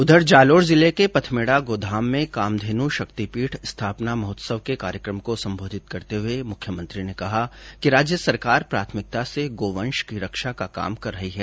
उधर जालौर जिले के पथमेड़ा गोधाम में कामधेन् शक्तिपीठ स्थापना महोत्सव के कार्यक्रम को संबोधित करते हए मुख्यमंत्री ने कहा कि राज्य सरकार प्राथमिकता से गौवंश की रक्षा का काम कर रही है